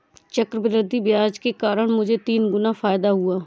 चक्रवृद्धि ब्याज के कारण मुझे तीन गुना फायदा हुआ